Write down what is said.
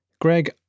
Greg